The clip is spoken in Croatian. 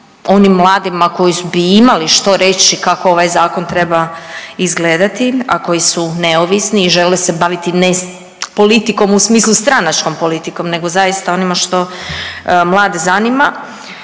onim mladima koji bi imali što reći kako ovaj zakon treba izgledati a koji su neovisni i žele se baviti ne politikom u smislu stranačkom politikom nego zaista onime što mlade zanima